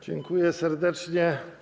Dziękuję serdecznie.